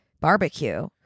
barbecue